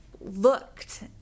looked